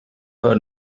her